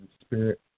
spirit